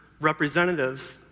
representatives